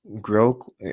grow